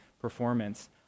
performance